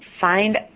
find